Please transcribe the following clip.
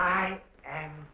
i am